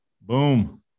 Boom